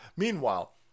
Meanwhile